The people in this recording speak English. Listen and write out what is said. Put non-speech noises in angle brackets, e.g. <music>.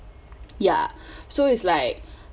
ya <breath> so is like